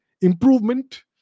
improvement